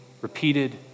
Repeated